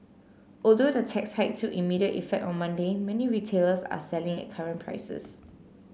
although the tax hike took immediate effect on Monday many retailers are selling at current prices